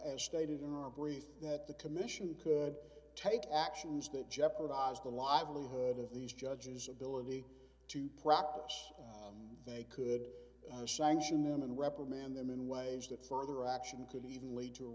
as stated in our brief that the commission could take actions that jeopardized the livelihood of these judges ability to practice they could sanction them and reprimand them in ways that further action could even lead to a